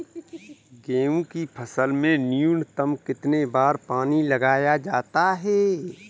गेहूँ की फसल में न्यूनतम कितने बार पानी लगाया जाता है?